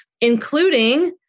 including